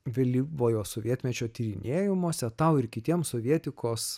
vėlyvojo sovietmečio tyrinėjimuose tau ir kitiems sovietikos